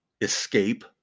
escape